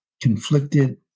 conflicted